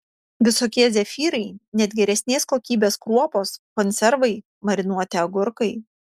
visokie zefyrai net geresnės kokybės kruopos konservai marinuoti agurkai